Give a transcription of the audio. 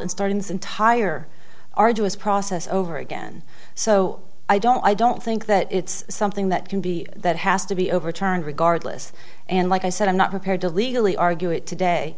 entire arduous process over again so i don't i don't think that it's something that can be that has to be overturned regardless and like i said i'm not prepared to legally argue it today